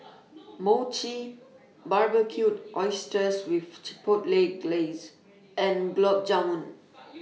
Mochi Barbecued Oysters with Chipotle Glaze and Gulab Jamun